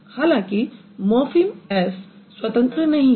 हालांकि morpheme s स्वतंत्र नहीं है